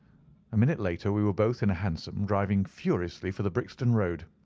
a minute later we were both in a hansom, driving furiously for the brixton road.